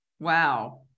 Wow